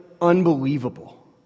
unbelievable